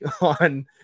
on